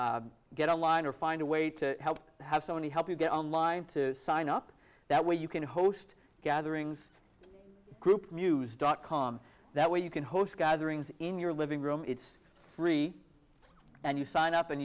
get online or find a way to help have so many help you get online to sign up that way you can host gatherings group news dot com that way you can host gatherings in your living room it's free and you sign up and